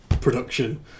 production